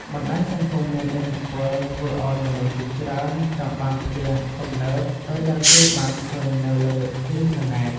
បណ្ដាញសង្គមមានឥទ្ធិពលធ្វើឱ្យមនុស្សជាច្រើនចង់បានផ្ទះទំនើប ដូចដែលគេបានឃើញនៅលើអ៊ីនធឺណេត។